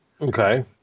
Okay